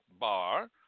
bar